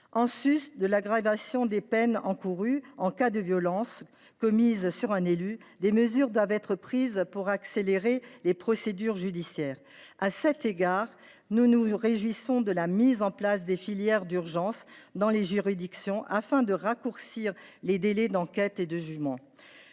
En sus de l’aggravation des peines encourues en cas de violences commises sur un élu, des mesures doivent être prises pour accélérer les procédures judiciaires. À cet égard, nous nous réjouissons de la mise en place de filières d’urgence dans les juridictions, afin de raccourcir les délais d’enquête et de jugement.